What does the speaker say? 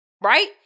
Right